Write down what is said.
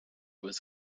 was